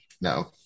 No